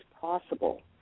possible